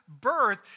birth